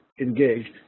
engaged